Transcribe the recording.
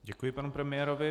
Děkuji panu premiérovi.